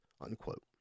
unquote